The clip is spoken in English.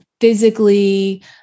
physically